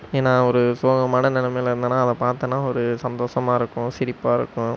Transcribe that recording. ஏன்னா ஒரு சோகமான நிலமையில இருந்தேனா அதை பாத்தேன்னா ஒரு சந்தோஷமா இருக்கும் சிரிப்பாக இருக்கும்